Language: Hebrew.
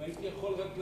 אם הייתי יכול רק,